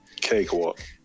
Cakewalk